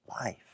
life